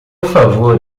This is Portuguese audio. favor